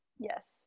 Yes